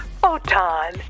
Photon